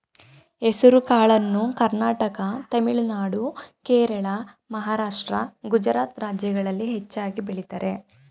ಹೆಸರುಕಾಳನ್ನು ಕರ್ನಾಟಕ ತಮಿಳುನಾಡು, ಕೇರಳ, ಮಹಾರಾಷ್ಟ್ರ, ಗುಜರಾತ್ ರಾಜ್ಯಗಳಲ್ಲಿ ಹೆಚ್ಚಾಗಿ ಬೆಳಿತರೆ